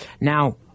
Now